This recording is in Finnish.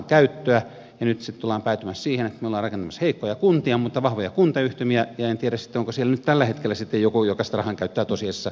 nyt sitten ollaan päätymässä siihen että me olemme rakentamassa heikkoja kuntia mutta vahvoja kuntayhtymiä ja en tiedä sitten onko siellä nyt tällä hetkellä joku joka sitä rahankäyttöä tosiasiassa tarkastaa